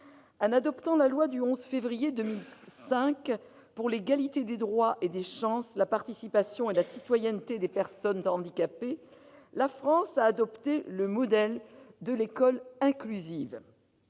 En adoptant la loi du 11 février 2005 pour l'égalité des droits et des chances, la participation et la citoyenneté des personnes handicapées, la France a adopté le modèle de l'école inclusive.